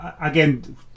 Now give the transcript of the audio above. Again